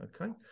okay